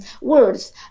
words